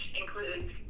includes